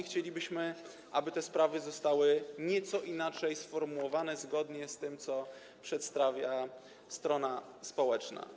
Chcielibyśmy, aby te sprawy zostały nieco inaczej sformułowane, zgodnie z tym, co przedstawia strona społeczna.